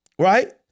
Right